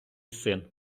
син